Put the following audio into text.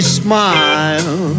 smile